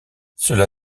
cela